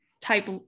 type